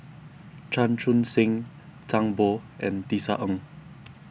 Chan Chun Sing Zhang Bo and Tisa Ng